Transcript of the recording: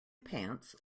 pants